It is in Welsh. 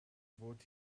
fod